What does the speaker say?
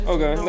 Okay